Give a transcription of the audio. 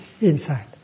inside